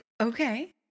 Okay